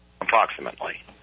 approximately